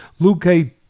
Luque